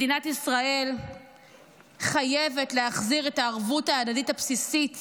מדינת ישראל חייבת להחזיר את הערבות ההדדית הבסיסית